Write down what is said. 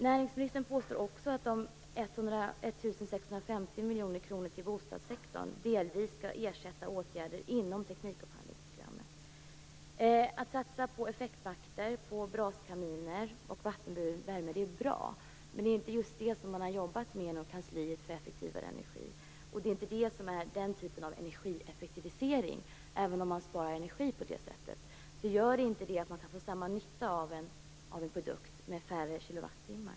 Näringsministern påstår också att de 1 650 miljoner kronorna till bostadssektorn delvis skall ersätta åtgärder inom teknikupphandlingsprogrammet. Att satsa på effektvakter, braskaminer och vattenburen värme är bra, men det är inte just det som man har jobbat med inom kansliet för effektivare energi. Det gäller där inte den typen av energieffektivisering. Även om man på det här sättet sparar energi, gör det inte att man kan få samma nytta av en produkt med färre kilowattimmar.